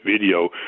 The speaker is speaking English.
video